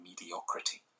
mediocrity